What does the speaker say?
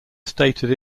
stated